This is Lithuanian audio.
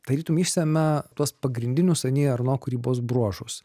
tarytum išsemia tuos pagrindinius ani erno kūrybos bruožus